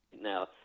now